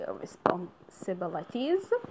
responsibilities